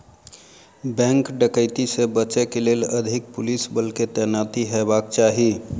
bank डकैती से बचय के लेल अधिक पुलिस बल के तैनाती हेबाक चाही